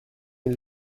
این